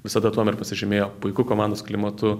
visada tuom ir pasižymėjo puikiu komandos klimatu